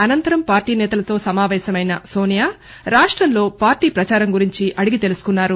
అనంతరం పార్టీ నేతలతో సమాపేశమైన నోనియా రాష్టంలో పార్లీ ప్రచారం గురించి అడిగి తెలుసుకున్నారు